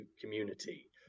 community